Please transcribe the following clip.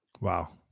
Wow